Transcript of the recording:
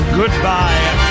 goodbye